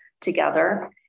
together